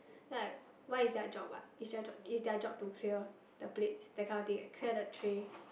then like why it's their job what it's their job it's their job to clear the plates that kind of thing eh clear the tray